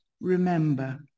remember